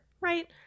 right